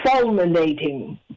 fulminating